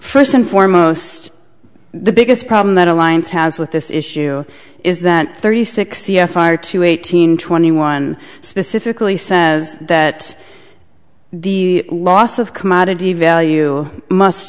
first and foremost the biggest problem that alliance has with this issue is that thirty six c f r two eight hundred twenty one specifically says that the loss of commodity value must